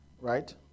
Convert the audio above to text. right